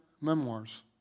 memoirs